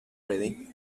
ready